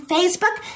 Facebook